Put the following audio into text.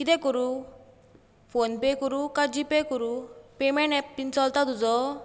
कितें करूं PhonePe करूं कांय जी पे करूं पेमँट एप बी चलता तुजो